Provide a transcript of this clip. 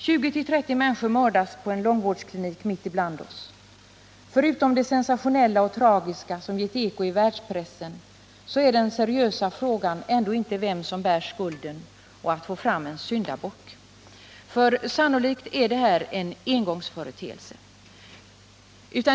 20-30 människor mördas på en långvårdsklinik mitt ibland oss. Förutom det sensationella och tragiska, som gett eko i världspressen, är den seriösa frågan ändå inte vem som bär skulden och hur man skall få fram en syndabock. Sannolikt är detta en engångsföreteelse.